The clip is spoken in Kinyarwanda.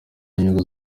n’inyungu